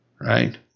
right